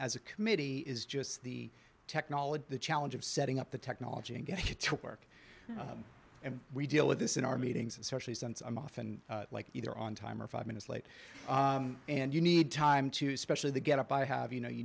as a committee is just the technology the challenge of setting up the technology and get it to park and we deal with this in our meetings and specially since i'm often like either on time or five minutes late and you need time to specially the get up i have you know you